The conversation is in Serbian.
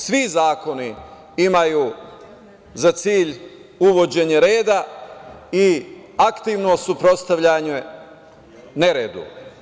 Svi zakoni imaju za cilj uvođenje reda i aktivno suprotstavljanje neredu.